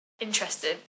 interested